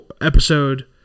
episode